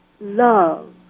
love